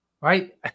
right